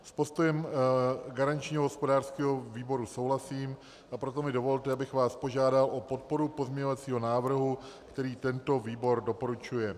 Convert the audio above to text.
S postojem garančního hospodářského výboru souhlasím, a proto mi dovolte, abych vás požádal o podporu pozměňovacího návrhu, který tento výbor doporučuje.